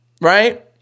right